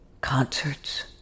Concerts